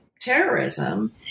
terrorism